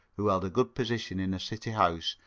who held a good position in a city house,